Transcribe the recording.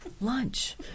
lunch